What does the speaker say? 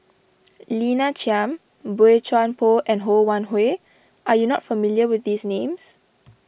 Lina Chiam Boey Chuan Poh and Ho Wan Hui are you not familiar with these names